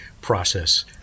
process